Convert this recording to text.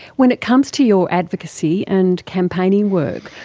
when it comes to your advocacy and campaigning work,